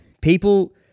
People